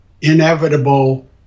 inevitable